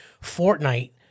Fortnite